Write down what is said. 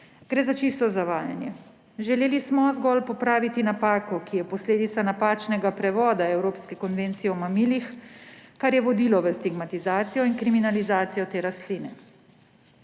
Gre za čisto zavajanje. Želeli smo zgolj popraviti napako, ki je posledica napačnega prevoda Enotne konvencije o mamilih, kar je vodilo v stigmatizacijo in kriminalizacijo te rastline.